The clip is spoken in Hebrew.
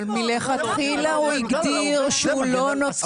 אבל מלכתחילה הוא הגדיר שהוא לא נותן.